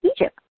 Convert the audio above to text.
Egypt